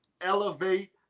elevate